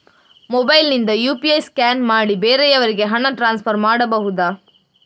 Mobile ನಿಂದ UPI scan ಮಾಡಿ ಬೇರೆಯವರಿಗೆ ಹಣ ಟ್ರಾನ್ಸ್ಫರ್ ಮಾಡಬಹುದ?